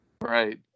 Right